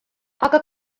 aga